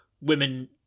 women